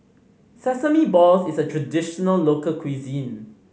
sesame balls is a traditional local cuisine